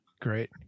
Great